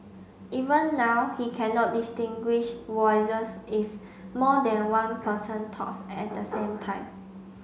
even now he cannot distinguish voices if more than one person talks at the same time